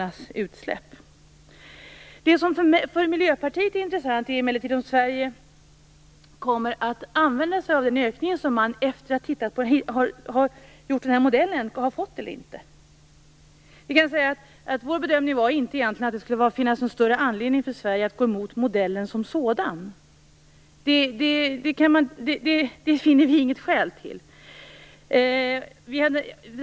Det som är intressant för Miljlöpartiet är emellertid om Sverige kommer att använda sig av den ökning som man har fått efter att den här modellen använts. Vår bedömning var att det egentligen inte fanns någon större anledning att gå emot modellen som sådan. Det fann vi inget skäl till.